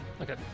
Okay